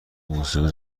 موسیقی